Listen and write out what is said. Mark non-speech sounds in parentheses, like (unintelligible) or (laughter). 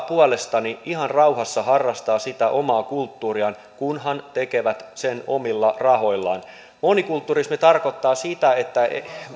(unintelligible) puolestani ihan rauhassa harrastaa sitä omaa kulttuuriaan kunhan tekevät sen omilla rahoillaan monikulturismi tarkoittaa sitä että